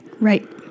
Right